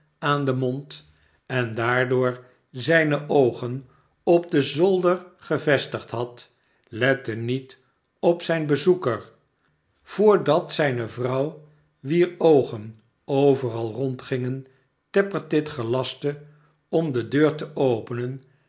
aan den mond en daardoor zijne oogen op den zolder gevestigd had lette niet op zijn bezoeker voordat zijne vrouw wier oogen overal rondgingen tappertit gelastte om de deur te openen